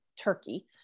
turkey